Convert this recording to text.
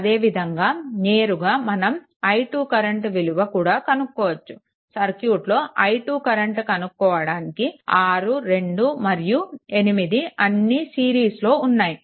అదే విధంగా నేరుగా మనం i2 కరెంట్ విలువ కూడా కనుక్కోవచ్చు సర్క్యూట్లో i2 కరెంట్ కనుక్కోవడానికి 6 2 మరియు 8 అన్నీ సిరీస్లో ఉన్నాయి